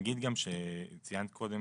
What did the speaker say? מהתקינה הקיימת,